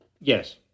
Yes